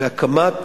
בהקמת